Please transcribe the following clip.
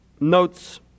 notes